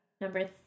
number